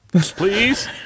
please